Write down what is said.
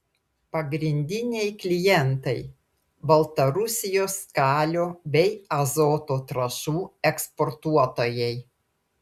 pagrindiniai klientai baltarusijos kalio bei azoto trąšų eksportuotojai